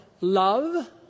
love